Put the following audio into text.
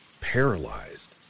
paralyzed